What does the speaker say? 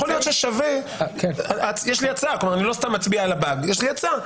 יש לי הצעה.